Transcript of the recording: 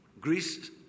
Greece